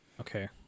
Okay